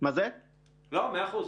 מאה אחוז.